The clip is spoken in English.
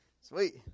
Sweet